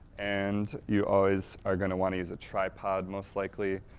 and, you always are going to want to use a tripod most likely,